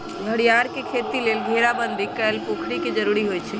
घरियार के खेती लेल घेराबंदी कएल पोखरि के जरूरी होइ छै